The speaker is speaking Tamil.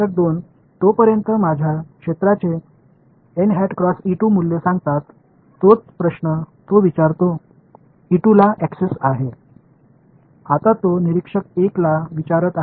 எனவே பார்வையாளர் 2 அதே கேள்வியைக் கேட்கிறார் அவர் எனது புலத்தின் மதிப்பை இங்கே அணுகுவதாகக் கூறுகிறார்